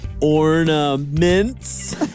Ornaments